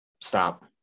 stop